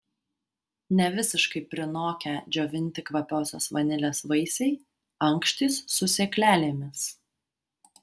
nevisiškai prinokę džiovinti kvapiosios vanilės vaisiai ankštys su sėklelėmis